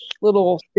little